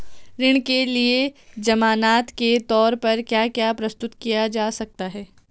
ऋण के लिए ज़मानात के तोर पर क्या क्या प्रस्तुत किया जा सकता है?